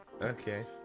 Okay